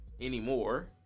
anymore